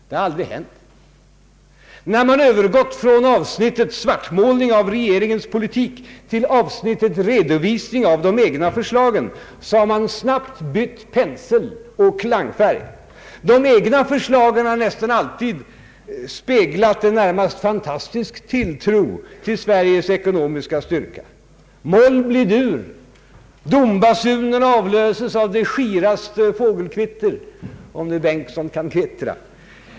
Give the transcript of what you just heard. Det har aldrig hänt. När man övergått från avsnittet svartmålning av regeringens politik till avsnittet redovisning av de egna för slagen, har man snabbt bytt pensel och klangfärg. De egna förslagen har nästan alltid speglat en närmast fantastisk tilltro till Sveriges ekonomiska styrka. Moll blir dur. Domsbasunen avlöses av det skiraste fågelkvitter — om nu herr Bengtson kan kvittra.